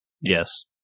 Yes